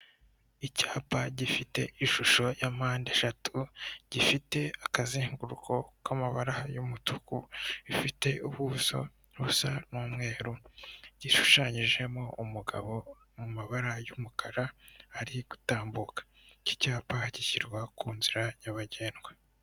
Icyapa gifite ishusho ya mpandeshatu, gifite akazenguruko k'amabara y'umutuku ifite ubuso busa n'umweru. Gishushanyijemo umugabo mu mabara y'umukara ari gutambuka. Iki cyapa gishyirwa ku nzira nyabagendwa.